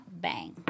bang